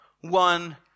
one